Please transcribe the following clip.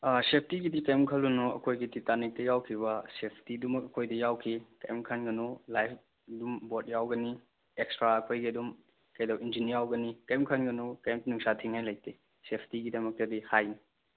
ꯑꯥ ꯁꯦꯞꯇꯤꯒꯤꯗꯤ ꯀꯔꯤꯝ ꯈꯜꯂꯨꯅꯨ ꯑꯩꯈꯣꯏꯒꯤ ꯇꯤꯇꯥꯅꯤꯛꯇ ꯌꯥꯎꯈꯤꯕ ꯁꯦꯞꯇꯤꯗꯨꯃꯛ ꯑꯩꯈꯣꯏꯗ ꯌꯥꯎꯈꯤ ꯀꯔꯤꯝ ꯈꯟꯒꯅꯨ ꯂꯥꯏꯐ ꯑꯗꯨꯝ ꯕꯣꯠ ꯌꯥꯎꯒꯅꯤ ꯑꯦꯛꯁꯇ꯭ꯔꯥ ꯑꯩꯈꯣꯏꯒꯤ ꯑꯗꯨꯝ ꯏꯟꯖꯤꯟ ꯌꯥꯎꯒꯅꯤ ꯀꯔꯤꯝꯇ ꯈꯟꯒꯅꯨ ꯀꯔꯤꯝ ꯅꯨꯡꯁꯥ ꯊꯤꯅꯤꯡꯉꯥꯏ ꯂꯩꯇꯦ ꯁꯦꯐꯇꯤꯒꯤꯗꯃꯛꯇꯗꯤ ꯍꯥꯏꯅꯤ